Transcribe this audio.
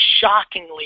shockingly